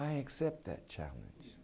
i accept that challenge